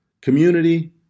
community